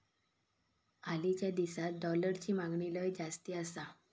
हालीच्या दिसात डॉलरची मागणी लय जास्ती आसा